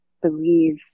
believe